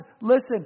listen